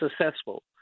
successful